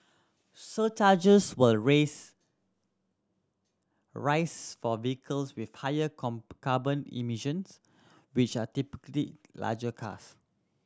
surcharges will raise rise for vehicles with higher come carbon emissions which are typically larger cars